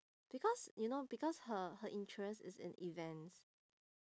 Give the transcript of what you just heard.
because you know because her her interest is in events